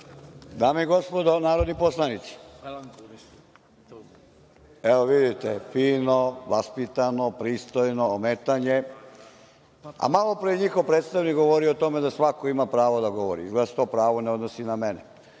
Dame i gospodo narodni poslanici, evo vidite, fino, vaspitano, pristojno ometanje, a malopre je njihov predstavnik govorio o tome da svako ima pravo da govori. Izgleda da se to pravo ne odnosi na mene.